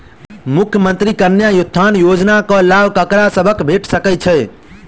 मुख्यमंत्री कन्या उत्थान योजना कऽ लाभ ककरा सभक भेट सकय छई?